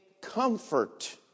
comfort